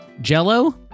jello